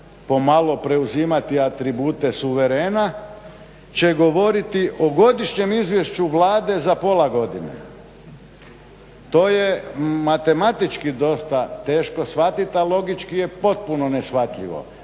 pomalo preuzimati atribute suverena će govoriti o godišnjem izvješću vlade za pola godine. to je matematički dosta teško shvatiti, a logički je potpuno neshvatljivo.